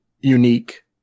unique